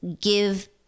give